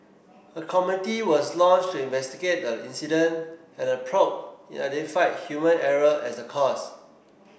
a committee was launched to investigate the incident and the probe identified human error as the cause